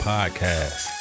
Podcast